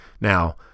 Now